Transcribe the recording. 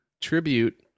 Tribute